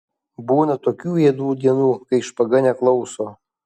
būna tokių juodų dienų kai špaga neklauso